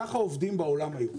ככה עובדים היום בעולם.